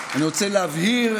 אני רוצה להבהיר,